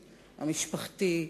המשפחתי,